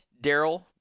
Daryl